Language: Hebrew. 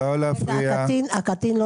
הקטין לא